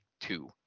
two